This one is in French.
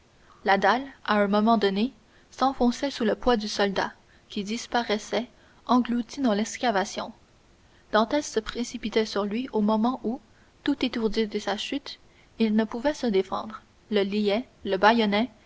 la dalle à un moment donné s'enfonçait sous le poids du soldat qui disparaissait englouti dans l'excavation dantès se précipitait sur lui au moment où tout étourdi de sa chute il ne pouvait se défendre le liait le bâillonnait